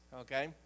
okay